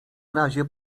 razie